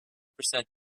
percent